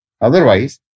Otherwise